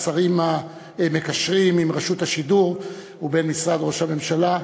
השרים המקשרים עם רשות השידור ובמשרד ראש הממשלה,